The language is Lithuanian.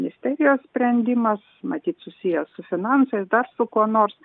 ministerijos sprendimas matyt susijęs su finansais dar su kuo nors